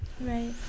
Right